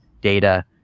data